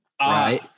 right